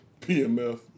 PMF